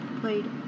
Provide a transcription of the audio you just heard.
played